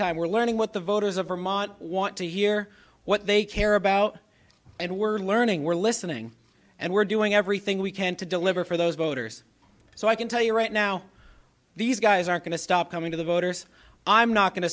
time we're learning what the voters of vermont want to hear what they care about and we're learning we're listening and we're doing everything we can to deliver for those voters so i can tell you right now these guys are going to stop coming to the voters i'm not go